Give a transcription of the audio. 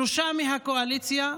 שלושה מהקואליציה,